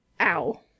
Ow